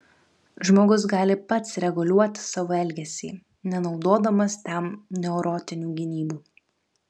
žmogus gali pats reguliuoti savo elgesį nenaudodamas tam neurotinių gynybų